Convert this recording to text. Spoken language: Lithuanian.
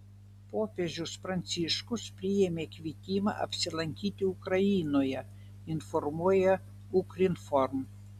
popiežius pranciškus priėmė kvietimą apsilankyti ukrainoje informuoja ukrinform